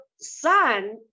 son